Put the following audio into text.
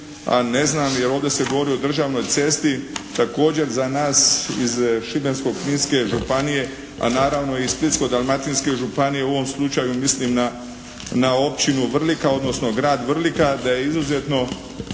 A ne znam, ovdje se govori o državnoj cesti također za nas iz Šibensko-kninske županije a naravno i Splitsko-dalmatinske županije, u ovom slučaju mislim na općinu Vrlika odnosno grad Vrlika, da je izuzetno